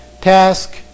task